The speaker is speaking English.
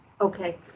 okay